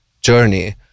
journey